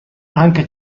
anche